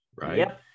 right